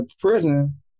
prison